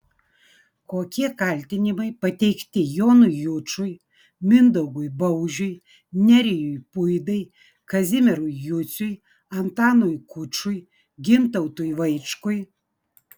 kokie kaltinimai pateikti jonui jučui mindaugui baužiui nerijui puidai kazimierui juciui antanui kučui gintautui vaičkui